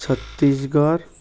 Chhattisgarh